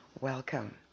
welcome